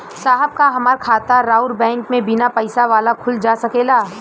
साहब का हमार खाता राऊर बैंक में बीना पैसा वाला खुल जा सकेला?